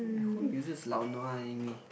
uh who uses lao nua anyway